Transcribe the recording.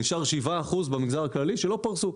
נשארו 7 אחוזים במגזר הכללי שלא פרסו,